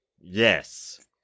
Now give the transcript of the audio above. yes